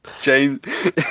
James